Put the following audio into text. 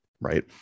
right